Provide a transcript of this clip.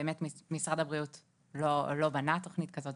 באמת גם משרד הבריאות לא בנה תוכנית כזאת,